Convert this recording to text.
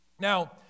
Now